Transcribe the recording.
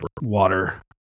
water